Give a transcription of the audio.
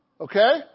Okay